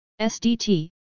SDT